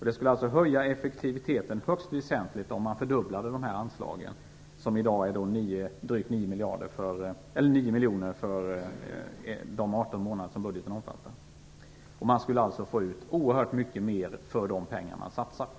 Det skulle alltså höja effektiviteten högst väsentligt om man fördubblade de här anslagen, som i dag är drygt 9 miljoner för de 18 månader som budgeten omfattar. Man skulle alltså på det viset få ut oerhört mycket mer för de pengar man satsar.